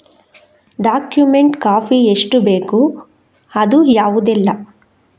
Document copy ಎಷ್ಟು ಬೇಕು ಅದು ಯಾವುದೆಲ್ಲ?